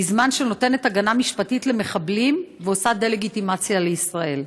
בזמן שהיא נותנת הגנה משפטית למחבלים ועושה דה-לגיטימציה לישראל.